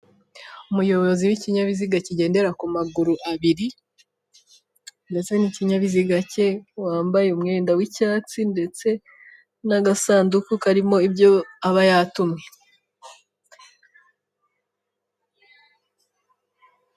Umuyobozi w'ikinyabiziga kigendera ku maguru abiri ndetse n'ikinyabiziga cye, wambaye umwenda w'icyatsi ndetse n'agasanduku karimo ibyo aba yatumwe.